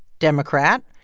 democrat.